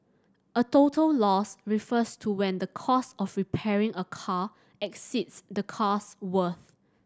a total loss refers to when the cost of repairing a car exceeds the car's worth